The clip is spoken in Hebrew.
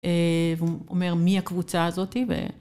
והוא אומר, מי הקבוצה הזאת?